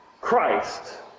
Christ